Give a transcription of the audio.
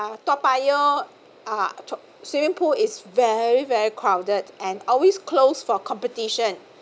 toa-payoh uh swimming pool is very very crowded and always closed for competition